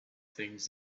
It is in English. things